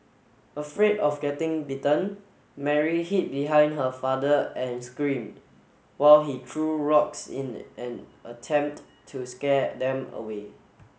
afraid of getting bitten Mary hid behind her father and screamed while he threw rocks in an attempt to scare them away